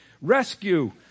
rescue